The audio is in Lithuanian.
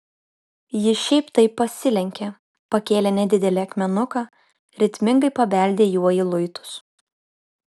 ji šiaip taip pasilenkė pakėlė nedidelį akmenuką ritmingai pabeldė juo į luitus